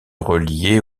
reliées